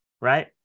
right